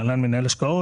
(להלן, מנהל השקעות).